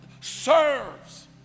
serves